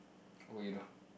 what will you do